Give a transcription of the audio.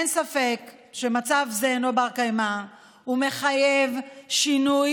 אין ספק שמצב זה אינו בר-קיימא ומחייב שינוי